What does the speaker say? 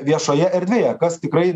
viešoje erdvėje kas tikrai